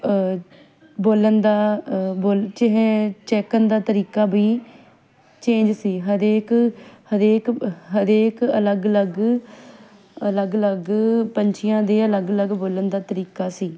ਬੋਲਣ ਦਾ ਬੋਲ ਚੈ ਚਹਿਕਨ ਦਾ ਤਰੀਕਾ ਵੀ ਚੇਂਜ ਸੀ ਹਰੇਕ ਹਰੇਕ ਹਰੇਕ ਅਲੱਗ ਅਲੱਗ ਅਲੱਗ ਅਲੱਗ ਪੰਛੀਆਂ ਦੇ ਅਲੱਗ ਅਲੱਗ ਬੋਲਣ ਦਾ ਤਰੀਕਾ ਸੀ